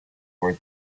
were